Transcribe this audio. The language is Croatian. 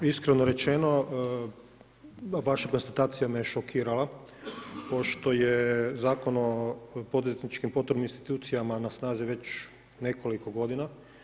Iskreno rečeno vaša konstatacija me je šokirala pošto je Zakon o poduzetničkim … institucijama na snazi već nekoliko godina.